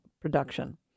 production